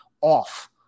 off